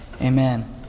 Amen